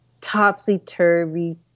topsy-turvy